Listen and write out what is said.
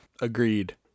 Agreed